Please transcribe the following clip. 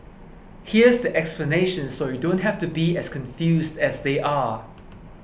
here's the explanation so you don't have to be as confused as they are